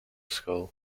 school